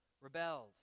rebelled